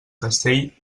castell